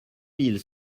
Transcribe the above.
mille